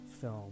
film